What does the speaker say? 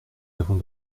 avons